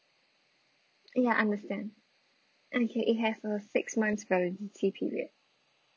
ya understand okay it has a six months validity period